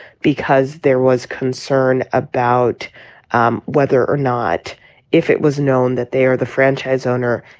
because there was concern about um whether or not if it was known that they are the franchise owner,